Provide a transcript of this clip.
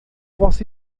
você